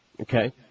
Okay